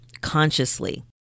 consciously